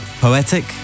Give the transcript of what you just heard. poetic